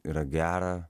yra gera